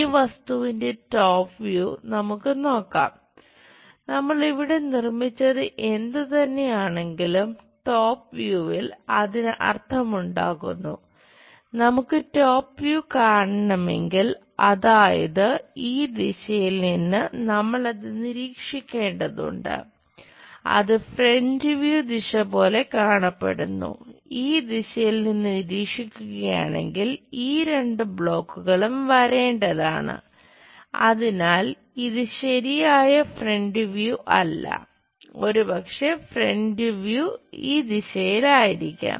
ഈ വസ്തുവിന്റെ top view ഈ ദിശയിലായിരിക്കാം